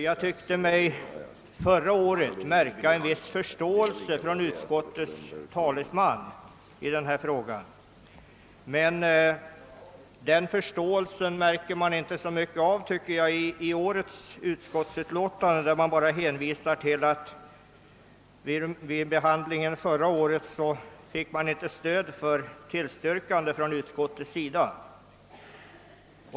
Jag tyckte mig förra året märka en viss förståelse hos utskottets talesman för yrkandet, men den förståelsen märker man inte så mycket av i årets utskottsutlåtande, där det bara hänvisas till att motionärerna förra året inte fick stöd för sitt yrkande.